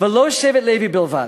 "ולא שבט לוי בלבד".